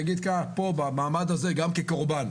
כקורבן,